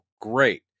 Great